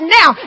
now